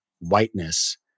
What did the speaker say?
whiteness